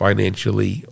Financially